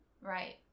Right